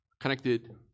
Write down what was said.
connected